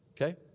okay